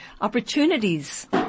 opportunities